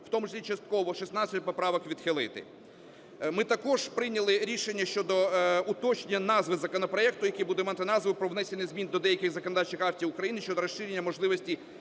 в тому числі частково, 16 поправок відхилити. Ми також прийняли рішення щодо уточнення назви законопроекту, який буде мати назву: "Про внесення змін до деяких законодавчих актів України щодо розширення можливості